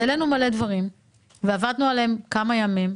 העלינו הרבה דברים ועבדנו עליהם כמה ימים.